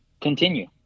continue